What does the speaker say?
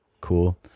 Cool